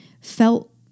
felt